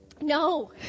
No